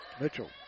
Mitchell